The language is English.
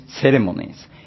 ceremonies